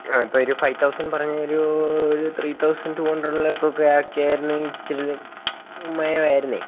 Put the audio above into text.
ഇപ്പോഴൊരു five thousand പറഞ്ഞത് ഒരു ത്രീ തവുസൻഡ് ടൂ ഹണ്ട്രെഡിലൊക്കെ ആക്കിയായിരുന്നുവെങ്കില് ഇത്തിരി മയമായിരുന്നു